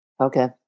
Okay